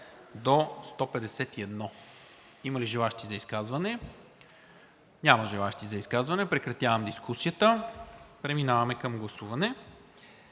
до 151. Има ли желаещи за изказване? Няма желаещи. Прекратявам дискусията. Преминаваме към гласуване